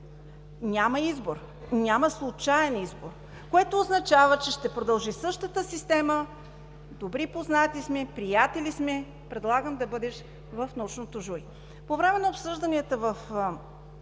Няма избор. Няма случаен избор, което означава, че ще продължи същата система – „Добри познати сме, приятели сме, предлагам да бъдеш в научното жури“.